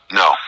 no